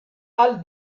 all